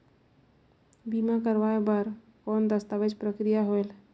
बीमा करवाय बार कौन दस्तावेज प्रक्रिया होएल?